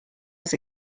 was